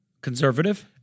Conservative